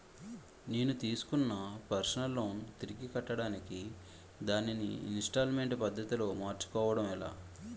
నేను తిస్కున్న personal loan తిరిగి కట్టడానికి దానిని ఇంస్తాల్మేంట్ పద్ధతి లో మార్చుకోవడం ఎలా?